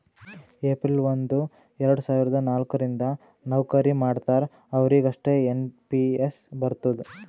April ಒಂದು ಎರಡ ಸಾವಿರದ ನಾಲ್ಕ ರಿಂದ್ ನವ್ಕರಿ ಮಾಡ್ತಾರ ಅವ್ರಿಗ್ ಅಷ್ಟೇ ಎನ್ ಪಿ ಎಸ್ ಬರ್ತುದ್